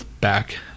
back